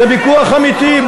זה ויכוח אמיתי.